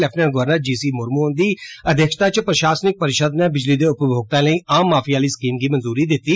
lieutenant governor G C मुमू हुंदी अध्यक्षता च प्रशासनिक परिषद नै बिजली दे उपमोक्ताएं लेई आम माफी आली स्कीम गी मंजूरी दित्ती